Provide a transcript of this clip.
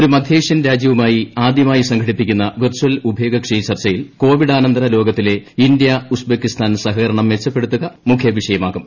ഒരു മധ്യേഷ്യൻ രാജ്യവുമായി ആദ്യമായി സംഘടിപ്പിക്കുന്ന വെർചൽ ഉഭയകക്ഷി ചർച്ചയിൽ കോവിഡാനന്തര ലോകത്തിലെ ഇന്ത്യ ഉസ്ബെക്കിസ്ഥാൻ സഹകരണം മെച്ചപ്പെടുത്തുക മുഖൃ വിഷയമാകും